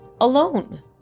alone